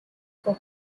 for